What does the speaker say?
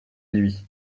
lui